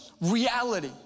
reality